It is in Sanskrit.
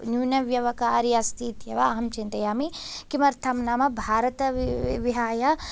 न्यूनव्यवकारी अस्ति इत्येव अहं चिन्तयामि किमर्थं नाम भारत विहाय